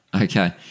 Okay